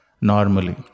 normally